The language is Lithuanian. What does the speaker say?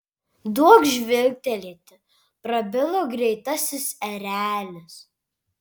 duokš žvilgtelėti prabilo greitasis erelis